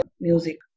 music